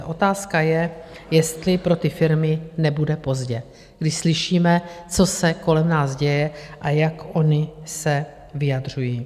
Otázka je, jestli pro ty firmy nebude pozdě, když slyšíme, co se kolem nás děje a jak ony se vyjadřují.